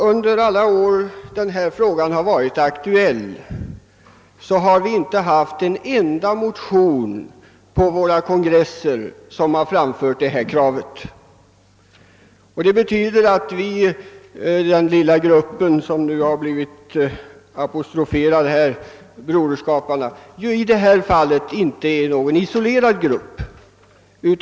Under alla de år frågan varit aktuell har inte i en enda motion på våra kongresser framförts detta krav. Det betyder att den lilla grupp i riksdagen som nu apostroferats i detta fall inte är isolerad.